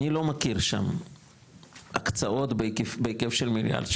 אני לא מכיר שם הקצאות בהיקף של 1.700